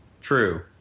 True